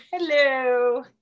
hello